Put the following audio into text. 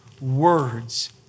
words